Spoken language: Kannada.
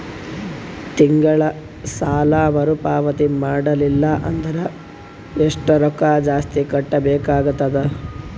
ತಿಂಗಳ ಸಾಲಾ ಮರು ಪಾವತಿ ಮಾಡಲಿಲ್ಲ ಅಂದರ ಎಷ್ಟ ರೊಕ್ಕ ಜಾಸ್ತಿ ಕಟ್ಟಬೇಕಾಗತದ?